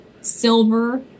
silver